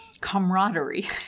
camaraderie